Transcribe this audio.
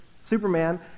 Superman